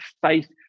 faith